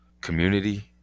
community